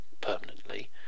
permanently